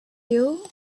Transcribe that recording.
you